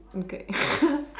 okay